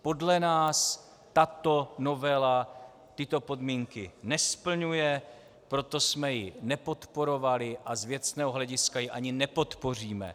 Podle nás tato novela tyto podmínky nesplňuje, proto jsme ji nepodporovali a z věcného hlediska ji ani nepodpoříme.